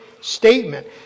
statement